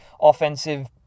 offensive